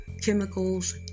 chemicals